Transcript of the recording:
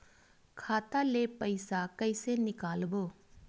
खाता ले पईसा कइसे निकालबो?